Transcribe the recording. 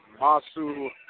Masu